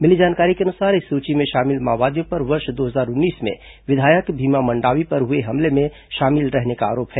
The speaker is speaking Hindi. मिली जानकारी के अनुसार इस सूची में शामिल माओवादियों पर वर्ष दो हजार उन्नीस में विधायक भीमा मंडावी पर हुए हमले में शामिल रहने का आरोप है